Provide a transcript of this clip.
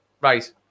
right